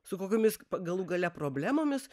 su kokiomis galų gale problemomis